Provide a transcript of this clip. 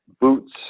boots